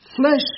flesh